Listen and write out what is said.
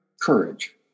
courage